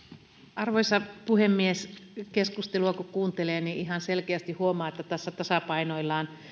arvoisa puhemies kun keskustelua kuuntelee niin ihan selkeästi huomaa että tässä tasapainoillaan tämmöisessä